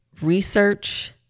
research